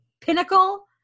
pinnacle